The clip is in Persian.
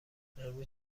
امروز